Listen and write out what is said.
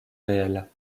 réelle